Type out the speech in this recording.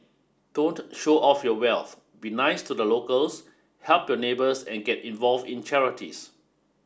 don't show off your wealth be nice to the locals help your neighbours and get involved in charities